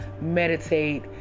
meditate